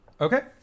Okay